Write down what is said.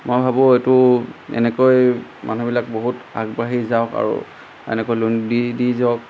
মই ভাবোঁ এইটো এনেকৈ মানুহবিলাক বহুত আগবাঢ়ি যাওক আৰু এনেকৈ লোন দি দি যাওক